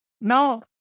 Now